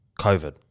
COVID